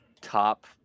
top